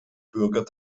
bürger